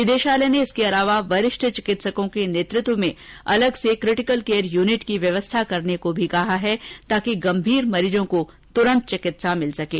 निंदेशालय ने इसके अलावा वरिष्ठ चिकित्सकों के नेतृत्व में अलग से एक किटिकल केयर यूनिट की व्यवस्था करने को भी कहा है ताकि गंभीर मरीजों को तुरंत चिकित्सा मिल सकें